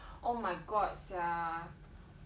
oh my god sia